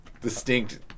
distinct